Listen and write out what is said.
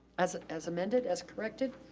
as as amended, as corrected,